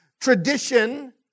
tradition